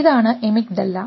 ഇതാണ് എമിക് ഡെല്ല